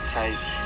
take